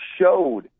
showed